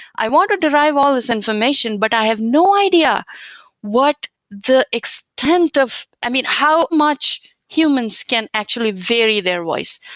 i want to derive all these information, but i have no idea what the extent of i mean, how much humans can actually vary their voice?